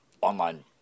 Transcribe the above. online